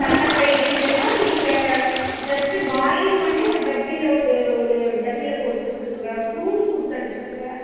தட்டை பயிறு இதெல்லாம் நீங்கள் ஜெஸ்ட்டு பாயில் பண்ணி ஒரு டப்பியில் ஒரு ஒரு டப்பியில் போட்டு கொடுத்து அனுப்புங்கள் ஃப்ரூட்ஸ் கொடுத்து அனுப்புங்கள்